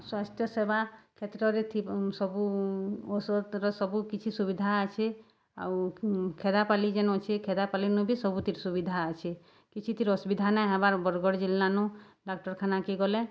ସ୍ୱାସ୍ଥ୍ୟସେବା କ୍ଷେତ୍ରରେ ସବୁ ଔଷଧ୍ର ସବୁ କିଛି ସୁବିଧା ଅଛେ ଆଉ ଖେଦାପାଲି ଯେନ୍ ଅଛେ ଖେଦାପାଲିନୁ ବି ସବୁଥିର୍ ସୁବିଧା ଅଛେ କିଛିଥିର୍ ଅସୁବିଧା ନାହିଁ ହେବାର୍ ବର୍ଗଡ଼୍ ଜିଲ୍ଲାନୁ ଡାକ୍ତର୍ଖାନାକେ ଗଲେ